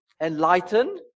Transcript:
enlightened